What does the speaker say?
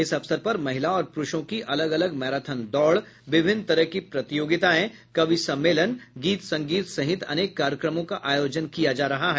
इस अवसर पर महिला और प्रुषों का अलग अलग मैराथन दौड़ विभिन्न तरह की प्रतियोगिताएं कवि सम्मेलन गीत संगीत सहित अनेक कार्यक्रमों का आयोजन किया जा रहा है